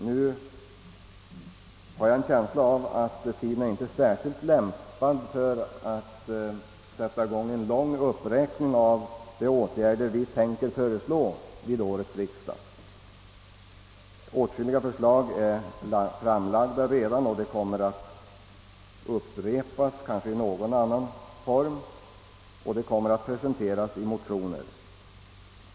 Jag har en känsla av att tidpunkten inte är särskilt lämpad just nu för en uppräkning av de åtgärder vi tänker föreslå vid årets riksdag. Åtskilliga förslag är som sagt redan framlagda och kommer att upprepas.